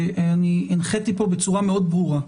אני הנחיתי פה בצורה מאוד ברורה,